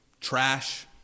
trash